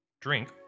drink